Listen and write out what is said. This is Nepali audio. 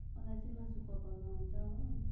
मलाई चाहिँ मासु पकाउन आउँछ हो